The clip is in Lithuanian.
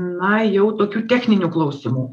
na jau tokių techninių klausimų